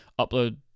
upload